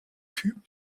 typen